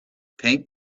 paint